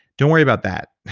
don't worry about that.